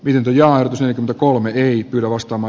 lintuja yli kolme ii perustama